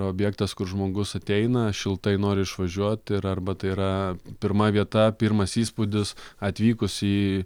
objektas kur žmogus ateina šiltai nori išvažiuoti ir arba tai yra pirma vieta pirmas įspūdis atvykus į